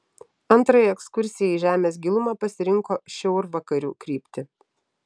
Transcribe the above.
antrajai ekskursijai į žemės gilumą pasirinko šiaurvakarių kryptį